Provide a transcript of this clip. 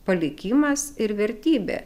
palikimas ir vertybė